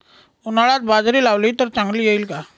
उन्हाळ्यात बाजरी लावली तर चांगली येईल का?